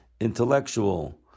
intellectual